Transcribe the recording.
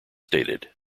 stated